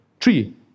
Three